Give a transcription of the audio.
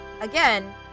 again